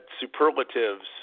superlatives